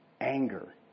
Anger